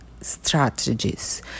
strategies